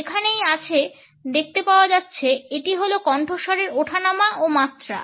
এখানেই আছে দেখতে পাওয়া যাচ্ছে এটি হলো কণ্ঠস্বরের ওঠানামা ও মাত্রা